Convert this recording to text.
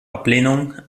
ablehnung